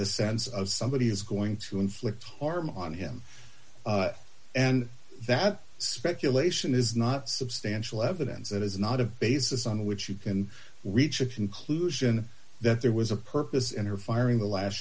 the sense of somebody is going to inflict harm on him and that speculation is not substantial evidence that is not a basis on which you can reach a conclusion that there was a purpose in her firing the last